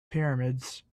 pyramids